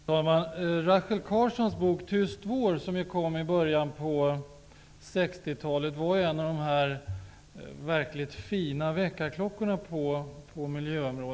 Fru talman! Rachel Carsons bok Tyst vår, som kom i början av 60-talet, var en av de verkligt fina väckarklockorna på miljöområdet.